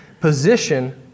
position